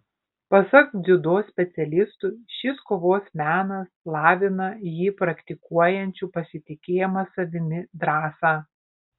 pasak dziudo specialistų šis kovos menas lavina jį praktikuojančių pasitikėjimą savimi drąsą